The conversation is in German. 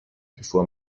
bevor